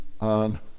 on